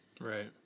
right